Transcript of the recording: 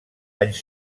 anys